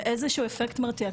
ואיזשהו אפקט מרתיע,